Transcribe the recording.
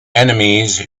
enemies